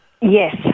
Yes